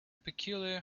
peculiar